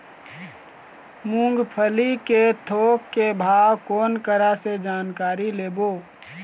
मूंगफली के थोक के भाव कोन करा से जानकारी लेबो?